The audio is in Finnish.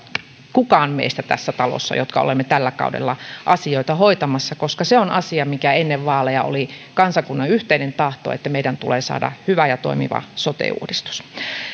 kukaan meistä tässä talossa jotka olemme tällä kaudella asioita hoitamassa koska se on asia mikä ennen vaaleja oli kansakunnan yhteinen tahto että meidän tulee saada hyvä ja toimiva sote uudistus